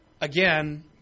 Again